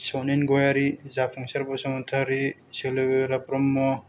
सनेन गयारि जाफुंसार बसुमतारि सोलोगोरा ब्रम्ह